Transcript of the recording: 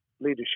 leadership